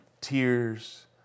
tears